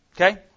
Okay